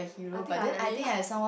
I think I very